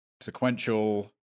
sequential